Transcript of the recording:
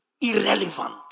irrelevant